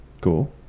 Cool